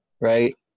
right